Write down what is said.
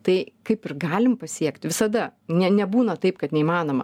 tai kaip ir galim pasiekt visada ne nebūna taip kad neįmanoma